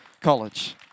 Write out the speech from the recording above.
college